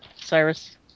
Cyrus